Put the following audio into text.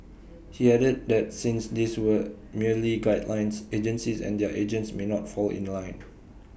he added that since these were merely guidelines agencies and their agents may not fall in line